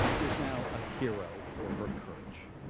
is now a hero for her courage.